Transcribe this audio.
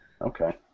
Okay